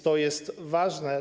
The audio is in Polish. To jest ważne.